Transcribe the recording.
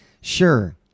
Sure